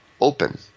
open